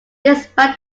despite